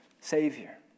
Savior